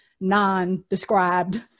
non-described